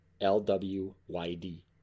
L-W-Y-D